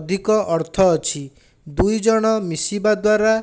ଅଧିକ ଅର୍ଥ ଅଛି ଦୁଇ ଜଣ ମିଶିବା ଦ୍ୱାରା